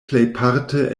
plejparte